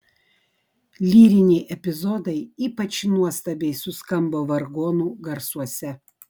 lyriniai epizodai ypač nuostabiai suskambo vargonų garsuose